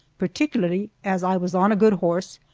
particularly as i was on a good horse,